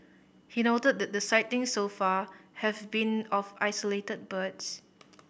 he noted that the sightings so far have been of isolated birds